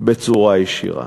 בצורה ישירה.